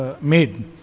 made